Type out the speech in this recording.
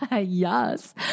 Yes